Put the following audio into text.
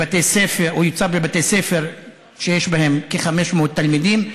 המכשיר נמצא בבתי ספר שיש בהם כ-500 תלמידים.